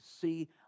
see